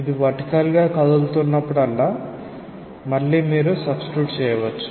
ఇది వర్టికల్ గా కదులుతున్నప్పుడల్లా మళ్ళీ మీరు సబ్స్టిట్యూట్ చేయవచ్చు